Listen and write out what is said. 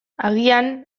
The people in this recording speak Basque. agian